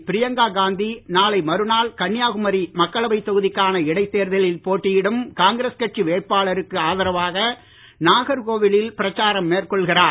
பிரியங்கா காந்தி நாளை மறுநாள் கன்னியாகுமரி மக்களவைத் தொகுதிக்கான இடைத்தேர்தலில் போட்டியிடும் காங்கிரஸ் கட்சி வேட்பாளருக்கு ஆதரவாக நாகர்கோவிலில் பிரச்சாரம் மேற்கொள்கிறார்